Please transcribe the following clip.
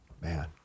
man